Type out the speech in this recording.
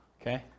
Okay